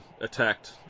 attacked